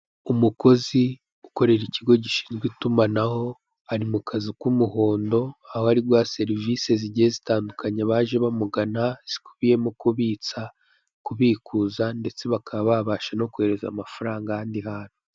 Umukozi ukorera ikigo gishinzwe itumanaho, ari mu kazu k'umuhondo aho ari guha serivise zigiye zitandukanye abaje bamugana, zikubiyemo: kubitsa, kubikuza ndetse bakaba babasha no kuhereza amafaranga ahandi hantu.